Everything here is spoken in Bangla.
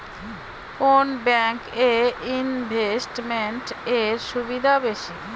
কোন ব্যাংক এ ইনভেস্টমেন্ট এর সুবিধা বেশি?